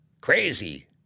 crazy